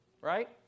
Right